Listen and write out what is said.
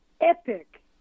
epic